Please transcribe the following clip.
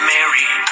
Mary